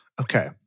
Okay